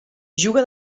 juga